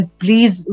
please